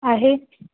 आहे